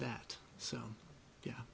that so yeah